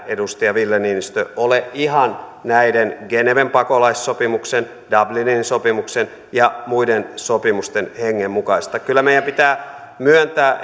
edustaja ville niinistö ole ihan näiden geneven pakolaissopimuksen dublinin sopimuksen ja muiden sopimusten hengen mukainen kyllä meidän pitää myöntää